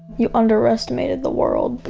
you underestimated the world,